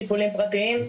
טיפולים פרטיים,